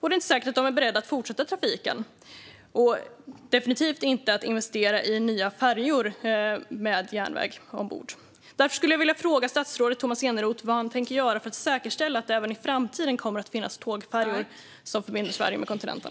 Det är inte säkert att de är beredda att fortsätta med trafiken - och definitivt inte att investera i nya färjor med järnväg ombord. Därför skulle jag vilja fråga statsrådet Tomas Eneroth vad han tänker göra för att säkerställa att det även i framtiden kommer att finnas tågfärjor som förbinder Sverige med kontinenten.